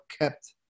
kept